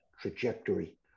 trajectory